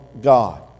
God